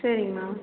சேரிங்கம்மா